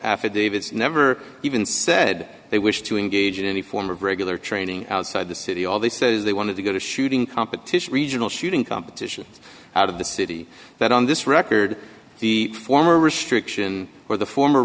affidavits never even said they wished to engage in any form of regular training outside the city all they said is they wanted to go to shooting competition regional shooting competitions out of the city that on this record the former restriction or the former